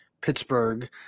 Pittsburgh